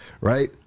Right